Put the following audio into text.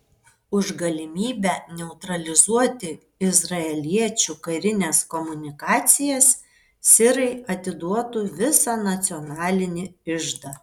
už galimybę neutralizuoti izraeliečių karines komunikacijas sirai atiduotų visą nacionalinį iždą